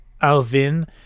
Alvin